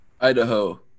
Idaho